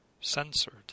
censored